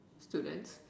students